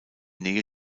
nähe